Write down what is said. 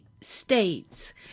states